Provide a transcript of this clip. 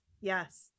Yes